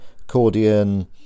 accordion